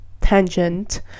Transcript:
tangent